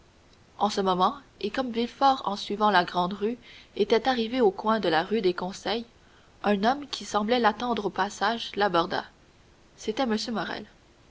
en ce moment et comme villefort en suivant la grande-rue était arrivé au coin de la rue des conseils un homme qui semblait l'attendre au passage l'aborda c'était m